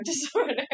disorder